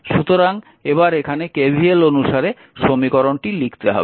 সুতরাং এবার এখানে KVL অনুসারে সমীকরণটি লিখতে হবে